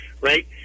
right